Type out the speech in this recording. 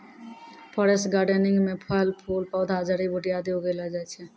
forest gardening म फल फूल पौधा जड़ी बूटी आदि उगैलो जाय छै